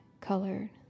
colored